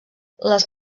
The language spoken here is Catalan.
les